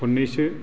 खननैसो